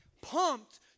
pumped